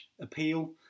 appeal